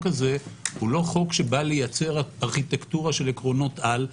הזה הוא לא חוק שבא לייצר ארכיטקטורה של עקרונות על,